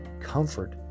comfort